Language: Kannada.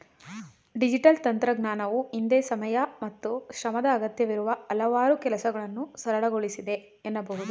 ಡಿಜಿಟಲ್ ತಂತ್ರಜ್ಞಾನವು ಹಿಂದೆ ಸಮಯ ಮತ್ತು ಶ್ರಮದ ಅಗತ್ಯವಿರುವ ಹಲವಾರು ಕೆಲಸಗಳನ್ನ ಸರಳಗೊಳಿಸಿದೆ ಎನ್ನಬಹುದು